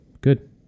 good